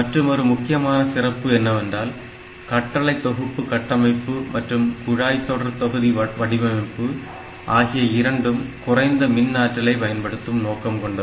மற்றுமொரு முக்கியமான சிறப்பு என்னவென்றால் கட்டளை தொகுப்பு கட்டமைப்பு மற்றும் குழாய் தொடர் தொகுதி வடிவமைப்பு ஆகிய இரண்டும் குறைந்த மின் ஆற்றலை பயன்படுத்தும் நோக்கம் கொண்டவை